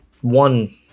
One